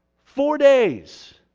four days.